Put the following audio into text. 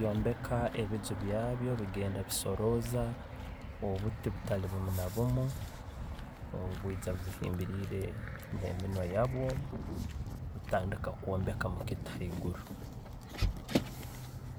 Byombeka ebiju byayo, bigenda bisorooza obutti obutali obumunabuumu obwijja buhimbiriire ne'minwa yabyo kutandika kwombeka omukiiti haiguru.